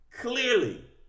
clearly